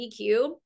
EQ